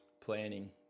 planning